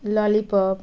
lollipop